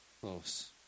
Close